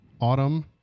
autumn